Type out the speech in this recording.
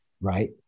Right